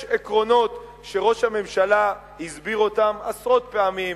יש עקרונות שראש הממשלה הסביר אותם עשרות פעמים,